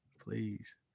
please